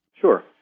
Sure